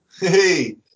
Hey